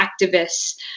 activists